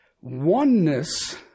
Oneness